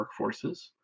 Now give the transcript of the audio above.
workforces